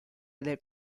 del